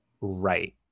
right